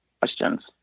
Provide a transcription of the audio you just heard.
questions